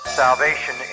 salvation